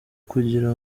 kugira